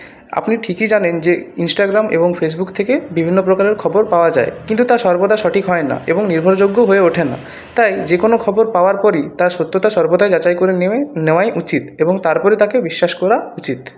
আপনি ঠিকই জানেন যে ইনস্ট্রাগ্রাম এবং ফেসবুক থেকে বিভিন্ন রকমের খবর পাওয়া যায় কিন্তু তা সর্বদা সঠিক হয় না এবং নির্ভরযোগ্য হয়ে ওঠে না তাই যে কোন খবর পাওয়ার পরই তার সত্যতা সর্বদা যাচাই করে নেওয়ায় উচিৎ এবং তারপরে তাকে বিশ্বাস করা উচিৎ